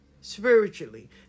spiritually